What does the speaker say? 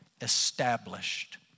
established